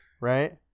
right